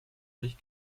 sich